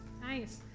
Nice